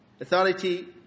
Authority